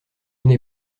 n’ai